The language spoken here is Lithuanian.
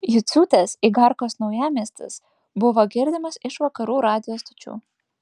juciūtės igarkos naujamiestis buvo girdimas iš vakarų radijo stočių